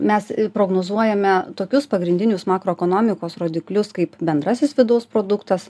mes prognozuojame tokius pagrindinius makroekonomikos rodiklius kaip bendrasis vidaus produktas